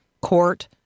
Court